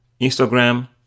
Instagram